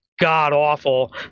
god-awful